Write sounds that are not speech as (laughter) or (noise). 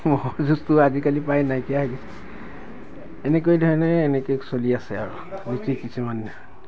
ম'হৰ যুঁজটো আজিকালি প্ৰায়ে নাইকিয়াই হৈ গৈছে এনেকেই ধৰণে এনেকেই চলি আছে আৰু (unintelligible)